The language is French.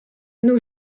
nos